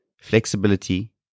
flexibility